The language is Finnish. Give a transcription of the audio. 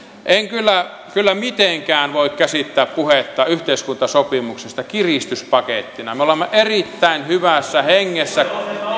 en kyllä kyllä mitenkään voi käsittää puhetta yhteiskuntasopimuksesta kiristyspakettina me olemme erittäin hyvässä hengessä